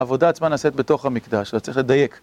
עבודה עצמה נעשית בתוך המקדש. אתה צריך לדייק.